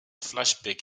flashback